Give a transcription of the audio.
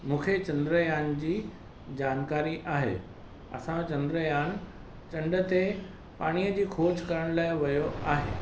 मूंखे चंद्रयान जी जानकारी आहे असांजो चंडयान चंड ते पाणीअ जी खोज करण लाइ वियो आहे